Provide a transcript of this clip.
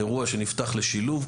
אירוע שנפתח לשילוב,